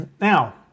Now